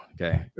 Okay